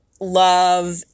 love